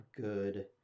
good